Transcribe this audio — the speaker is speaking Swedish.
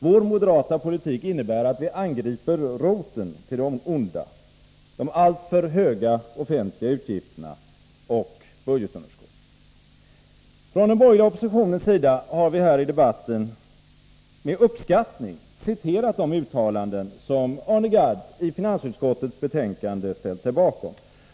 Vår moderata politik innebär att vi angriper roten till det onda: de alltför höga offentliga utgifterna och budgetunderskottet. Från den borgerliga oppositionens sida har vi här i debatten med uppskattning citerat de uttalanden som Arne Gadd i finansutskottets betänkande har ställt sig bakom.